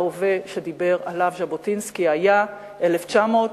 ההווה שדיבר עליו ז'בוטינסקי היה 1933,